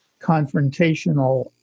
confrontational